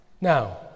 Now